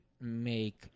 make